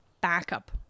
backup